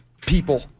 people